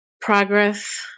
progress